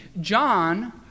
John